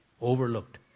overlooked